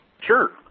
Sure